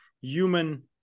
human